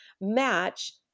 match